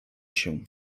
się